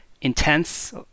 intense